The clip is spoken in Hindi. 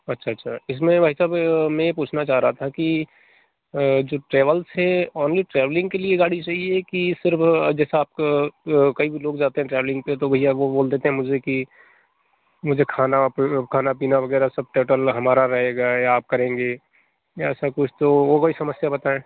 अच्छा अच्छा इसमें भाई साहब मैं ये पूछना चाह रहा था कि जो ट्रेवल्स है ऑनली ट्रेवलिंग के लिए गाड़ी चाहिए कि सिर्फ जैसा आप कई लोग जाते हैं ट्रेवलिंग पर तो भैया वो बोल देते हैं मुझे की मुझे खाना पि खाना पीना वगैरह सब टोटल हमारा रहेगा या आप करेंगे ऐसा कुछ तो वो वाली समस्या बताएं